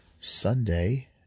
Sunday